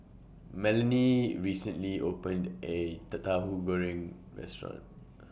Melony recently opened A Tauhu Goreng Restaurant